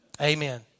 Amen